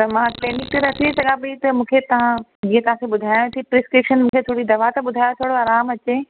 त मां पेनी तरह अचे त चवां पई त मूंखे तव्हां हीअं तव्हांखे ॿुधायां थी प्रिस्क्रिप्शन मूंखे थोरी दवा त ॿुधायो थोरो आराम अचे